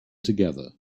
together